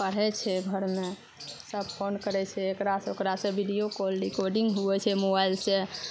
पढ़ै छै घरमे सब फोन करै छै एकरा से ओकरा से वीडियो कॉल रिकॉर्डिंग होइ छै मोबाइल से